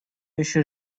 еще